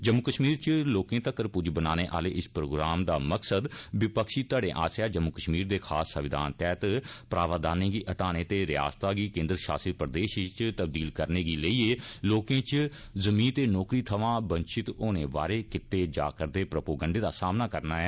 जम्मू कष्मीर इच लोकें तक्कर पुज्ज बनाने आहले इस प्रोग्राम दा मकसद विपक्षी धड़े आस्सैआ जम्मू कष्मर दे खास संविधान तैहत प्रावधानें गी हटाने ते रियासता गी केन्द्र षासित प्रदेष इच तबदील करने गी लेइयै लोकें इच जीम ते नौकरी थमां वंचित होने बारै कीते जा करदे प्रोपो गण्डे दा सामना करना ऐ